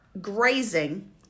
grazing